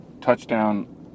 touchdown